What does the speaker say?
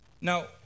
Now